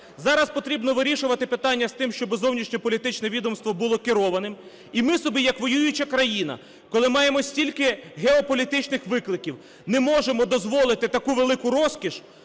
Зараз потрібно вирішувати питання з тим, щоб зовнішньополітичне відомство було керованим. І ми собі як воююча країна, коли маємо стільки геополітичних викликів, не можемо дозволити таку велику розкіш,